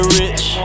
rich